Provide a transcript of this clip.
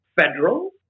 federal